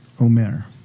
Omer